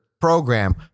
program